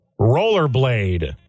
Rollerblade